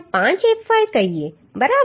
5fy કહીએ બરાબર